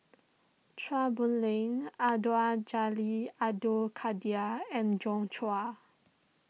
Chua Boon Lay Abdul Jalil Abdul Kadir and Joi Chua